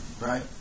right